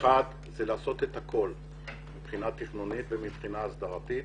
הנושא האחד הוא לעשות את הכול מבחינה תכנונית ומבחינה הסדרתית